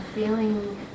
Feeling